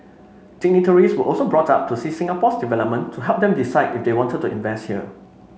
dignitaries were also brought up to see Singapore's development to help them decide if they wanted to invest here